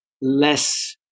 less